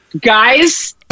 Guys